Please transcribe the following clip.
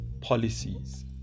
policies